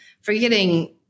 forgetting